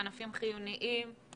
כ"א כסלו תשפ"א,